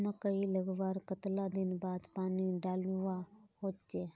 मकई लगवार कतला दिन बाद पानी डालुवा होचे?